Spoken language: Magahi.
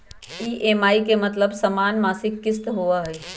ई.एम.आई के मतलब समान मासिक किस्त होहई?